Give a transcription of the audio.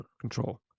control